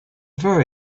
very